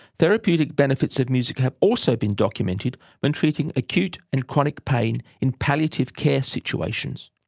therapeutic benefits of music have also been documented when treating acute and chronic pain in palliative care situations,